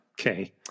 Okay